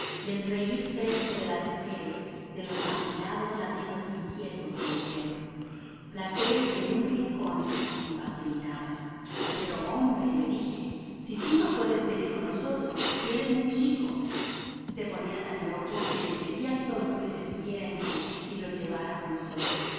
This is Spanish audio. del reir fresco de las mujeres de los afilados ladridos inquietos de los perros platero en un rincón se impacientaba